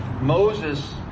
Moses